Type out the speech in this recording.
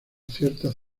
ciertas